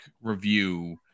review